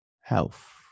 health